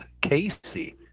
Casey